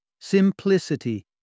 Simplicity